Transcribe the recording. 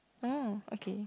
orh okay